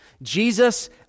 Jesus